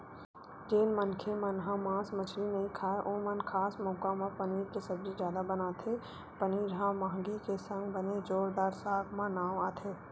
जेन मनखे मन ह मांस मछरी नइ खाय ओमन खास मउका म पनीर के सब्जी जादा बनाथे पनीर ह मंहगी के संग बने जोरदार साग म नांव आथे